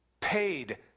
paid